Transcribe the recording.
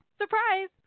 surprise